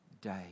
day